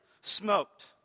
smoked